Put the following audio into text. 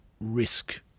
risk